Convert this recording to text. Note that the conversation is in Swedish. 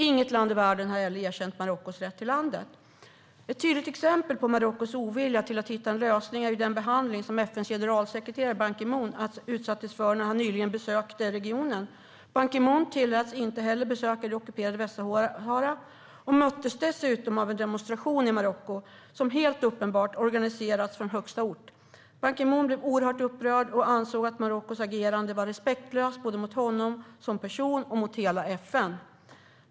Inget land i världen har heller erkänt Marockos rätt till landet. Ett tydligt exempel på Marockos ovilja att hitta en lösning är den behandling som FN:s generalsekreterare Ban Ki Moon utsattes för när han nyligen besökte regionen. Ban Ki Moon tilläts inte besöka det ockuperade Västsahara och möttes dessutom av en demonstration i Marocko som helt uppenbart organiserats från högsta ort. Ban Ki Moon blev oerhört upprörd och ansåg att Marockos agerande var respektlöst både mot honom som person och mot hela FN.